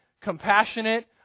compassionate